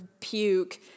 puke